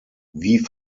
wie